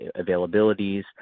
availabilities